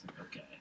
okay